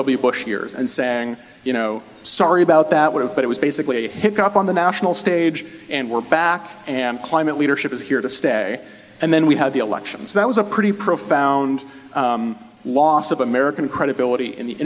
w bush years and saying you know sorry about that would have but it was basically a hick up on the national stage and we're back and climate leadership is here to stay and then we have the elections that was a pretty profound loss of american credibility in the